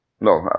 no